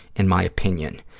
in my opinion,